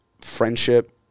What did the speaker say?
friendship